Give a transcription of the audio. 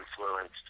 influenced